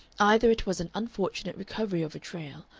either it was an unfortunate recovery of a trail,